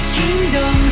kingdom